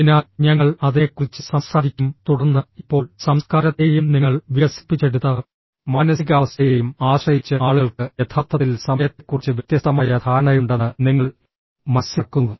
അതിനാൽ ഞങ്ങൾ അതിനെക്കുറിച്ച് സംസാരിക്കും തുടർന്ന് ഇപ്പോൾ സംസ്കാരത്തെയും നിങ്ങൾ വികസിപ്പിച്ചെടുത്ത മാനസികാവസ്ഥയെയും ആശ്രയിച്ച് ആളുകൾക്ക് യഥാർത്ഥത്തിൽ സമയത്തെക്കുറിച്ച് വ്യത്യസ്തമായ ധാരണയുണ്ടെന്ന് നിങ്ങൾ മനസ്സിലാക്കുന്നു